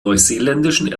neuseeländischen